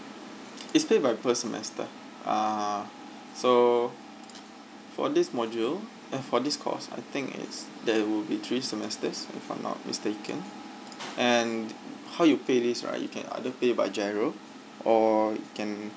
is paid by per semester uh so for this module eh for this course I think it's there will be three so semesters if I'm not mistaken and how you pay this right you can either pay by giro or you can